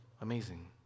amazing